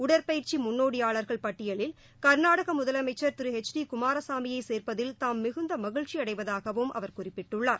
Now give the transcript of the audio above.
உடற்பயிற்சி முன்னோடியாளர்கள் பட்டியலில் கர்நாடக முதலமைச்சர் திரு எச் டி குமாரசாமியை சேர்ப்பதில் தாம் மிகுந்த மகிழ்ச்சி அடைவதாகவும் அவர் குறிப்பிட்டுள்ளார்